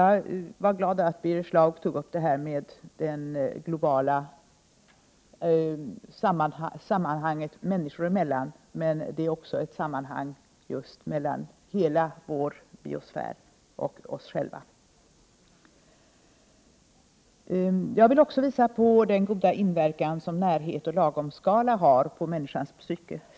Jag var glad över att Birger Schlaug tog upp frågan om det globala sammanhanget människor emellan. Men det är också ett sammanhang mellan hela vår biosfär och oss själva. Jag vill även visa på den goda inverkan som närhet och lagomskala har på människans psyke.